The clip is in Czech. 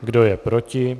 Kdo je proti?